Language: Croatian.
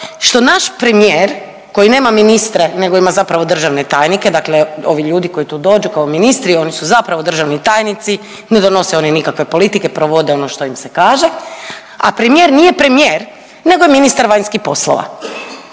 što naš premijer koji nema ministre nego zapravo ima državne tajnike, dakle ovi ljudi koji tu dođu kao ministri oni su zapravo državni tajnici, ne donose oni nikakve politike provode ono što im se kaže, a premijer nije premijer nego je ministar vanjskih poslova